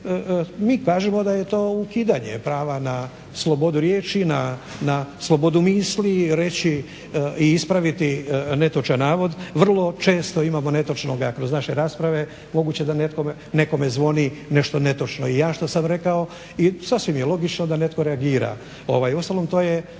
mi kažemo da je to ukidanje prava na slobodu riječi, na slobodu misli reći i ispraviti netočan navod. Vrlo često imamo netočnoga kroz naše rasprave, moguće da nekome zvoni nešto netočno i ja što sam rekao i sasvim je logično da netko reagira. Uostalom to je